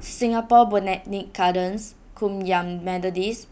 Singapore Botanic Gardens Kum Yan Methodist